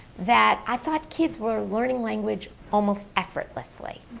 that i thought kids were learning language almost effortlessly.